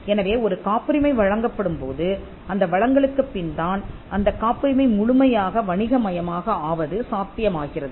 எனவே ஒரு காப்புரிமை வழங்கப்படும் போது அந்த வழங்கலுக்குப் பின் தான் அந்தக் காப்புரிமை முழுமையாக வணிகமயமாக ஆவது சாத்தியமாகிறது